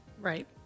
Right